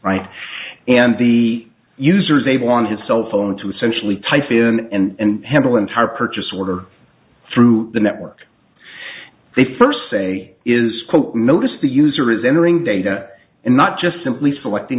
right and the user is able on his cell phone to essentially type in and handle entire purchase order through the network they first say is notice the user is entering data and not just simply selecting